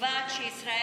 שקובעת שישראל